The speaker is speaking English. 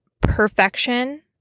perfection